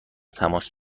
تماس